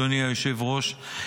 אדוני היושב-ראש,